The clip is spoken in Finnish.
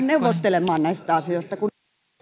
neuvottelemaan näistä asioista